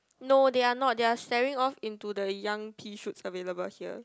no they are not they are staring off into the young pea shoots available here